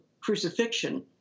crucifixion